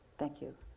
thank you.